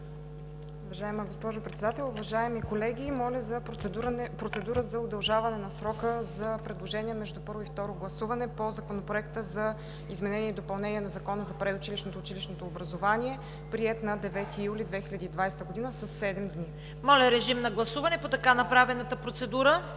Уважаема госпожо Председател, уважаеми колеги! Моля за процедура за удължаване на срока за предложения между първо и второ гласуване по Законопроекта за изменение и допълнение на Закона за предучилищното и училищното образование, приет на 9 юли 2020 г., със седем дни. ПРЕДСЕДАТЕЛ ЦВЕТА КАРАЯНЧЕВА: Моля, режим на гласуване по така направената процедура.